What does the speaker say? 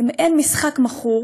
מעין משחק מכור.